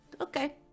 Okay